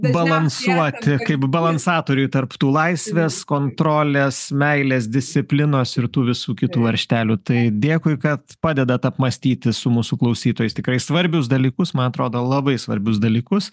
balansuoti kaip balansatoriui tarp tų laisvės kontrolės meilės disciplinos ir tų visų kitų varžtelių tai dėkui kad padedat apmąstyti su mūsų klausytojais tikrai svarbius dalykus man atrodo labai svarbius dalykus